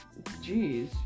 Jeez